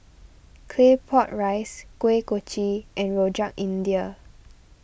Claypot Rice Kuih Kochi and Rojak India